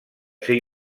ser